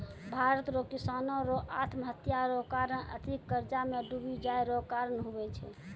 भारत रो किसानो रो आत्महत्या रो कारण अधिक कर्जा मे डुबी जाय रो कारण हुवै छै